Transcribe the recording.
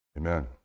Amen